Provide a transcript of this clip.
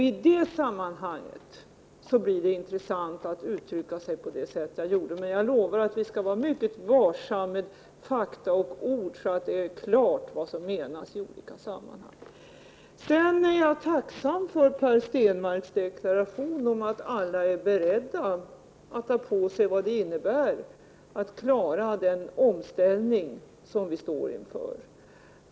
I det sammanhanget blir det intressant att uttrycka sig på det sätt som jag gjorde, men jag lovar att vi skall vara mycket varsamma med ord och fakta så det blir klart vad vi menar. Jag är tacksam över Per Stenmarcks deklaration om att alla är beredda att ta på sig de stora uppoffringar som krävs för att klara den omställning som vi står inför.